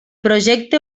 projecte